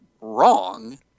wrong